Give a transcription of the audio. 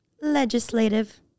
Legislative